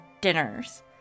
dinners